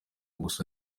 gusa